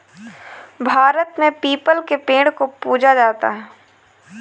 भारत में पीपल के पेड़ को पूजा जाता है